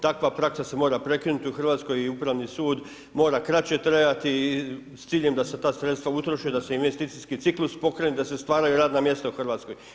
Takva praska se mora prekinuti u Hrvatskoj i Upravni sud mora kraće trajati i s ciljem da se ta sredstva utroše da se investicijski ciklus pokrene, da se stvaraju radna mjesta u Hrvatskoj.